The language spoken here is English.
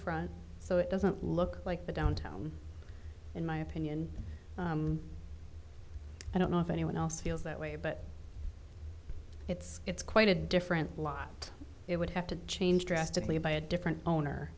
front so it doesn't look like the downtown in my opinion i don't know if anyone else feels that way but it's it's quite a different lot it would have to change drastically by a different owner